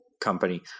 company